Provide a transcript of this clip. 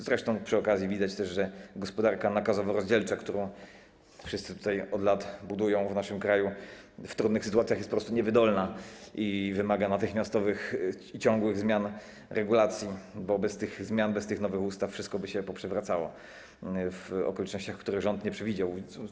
Zresztą przy okazji widać też, że gospodarka nakazowo-rozdzielcza, którą wszyscy od lat budują w naszym kraju, w trudnych sytuacjach jest po prostu niewydolna i wymaga natychmiastowych, ciągłych zmian regulacji, bo bez tych zmian, bez nowych ustaw wszystko by się poprzewracało w okolicznościach, których rząd nie przewidział.